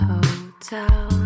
Hotel